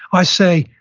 i say,